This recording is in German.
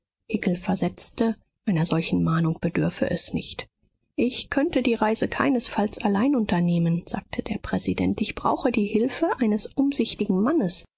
versetzte einer solchen mahnung bedürfe es nicht ich könnte die reise keinesfalls allein unternehmen sagte der präsident ich brauche die hilfe eines umsichtigen mannes